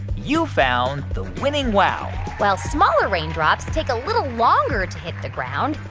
you found the winning wow while smaller raindrops take a little longer to hit the ground,